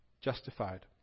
justified